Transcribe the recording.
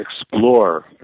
explore